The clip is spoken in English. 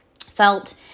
felt